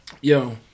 yo